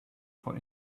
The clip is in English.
for